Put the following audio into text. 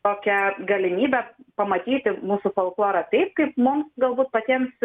tokią galimybę pamatyti mūsų folklorą taip kaip mums galbūt patiems